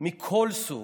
מכל סוג,